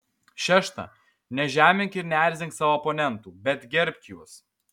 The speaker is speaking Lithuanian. šešta nežemink ir neerzink savo oponentų bet gerbk juos